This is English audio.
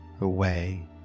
away